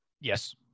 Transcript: yes